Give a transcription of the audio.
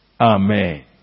Amen